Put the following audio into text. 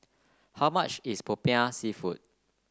how much is Popiah seafood